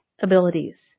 abilities